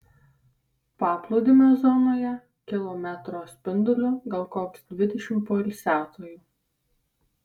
paplūdimio zonoje kilometro spinduliu gal koks dvidešimt poilsiautojų